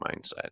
mindset